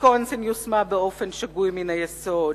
שוויסוקנסין יושמה באופן שגוי מן היסוד.